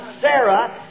Sarah